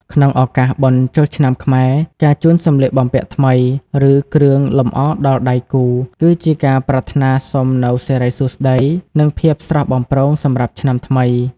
ក្នុងឱកាសបុណ្យចូលឆ្នាំខ្មែរ ការជូនសម្លៀកបំពាក់ថ្មី ឬគ្រឿងលម្អដល់ដៃគូ គឺជាការប្រាថ្នាសុំនូវសិរីសួស្ដី និងភាពស្រស់បំព្រងសម្រាប់ឆ្នាំថ្មី។